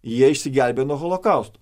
jie išsigelbėjo nuo holokausto